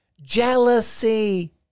jealousy